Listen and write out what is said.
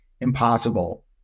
impossible